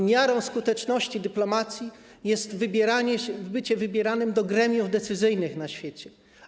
Miarą skuteczności dyplomacji jest wybieranie, bycie wybieranym do gremiów decyzyjnych na świecie.